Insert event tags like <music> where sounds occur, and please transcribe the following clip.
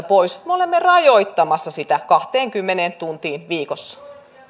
<unintelligible> pois me olemme rajoittamassa sitä kahteenkymmeneen tuntiin viikossa